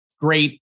great